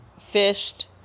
fished